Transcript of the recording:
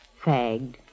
fagged